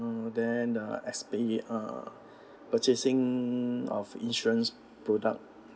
then err as paying uh purchasing of insurance product